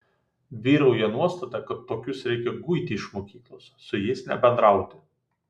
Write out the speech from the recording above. vyrauja nuostata kad tokius reikia guiti iš mokyklos su jais nebendrauti